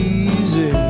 easy